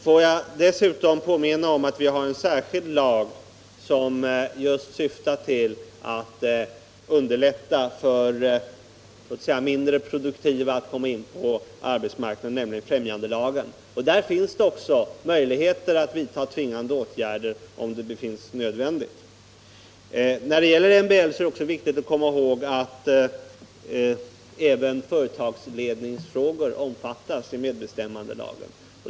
Får jag dessutom påminna om att vi har en särskild lag som just syftar till att underlätta för låt oss säga mindre produktiva att komma in på arbetsmarknaden, nämligen främjandelagen. Där finns också möjligheten att vidta tvingande åtgärder om det anses nödvändigt. När det gäller MBL är det vidare viktigt att komma ihåg att även företagsledningsfrågor omfattas av medbestämmandelagen.